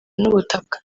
n’ubutaka